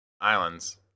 islands